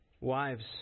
Wives